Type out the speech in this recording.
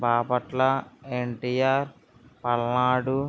Bapatla NTR Palnadu